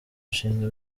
nshinga